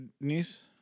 niece